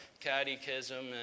catechism